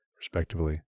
respectively